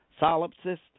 solipsist